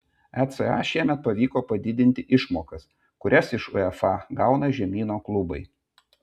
eca šiemet pavyko padidinti išmokas kurias iš uefa gauna žemyno klubai